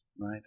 right